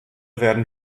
werden